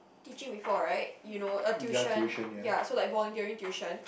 teaching before right you know a tuition ya so like voluntary tuition